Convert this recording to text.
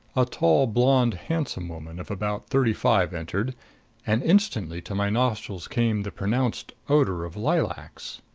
a tall, blonde handsome woman of about thirty-five entered and instantly to my nostrils came the pronounced odor of lilacs.